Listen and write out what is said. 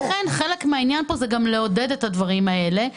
לכן חלק מהעניין זה לעודד את הדברים האלה.